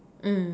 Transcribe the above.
mm